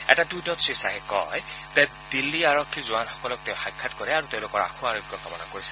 এটা টুইটত শ্ৰীশ্বাহে কয় যে দিল্লী আৰক্ষীৰ জোৱনসকলক তেওঁ সাক্ষাৎ কৰে আৰু তেওঁলোকৰ আশু আৰোগ্য কামনা কৰিছে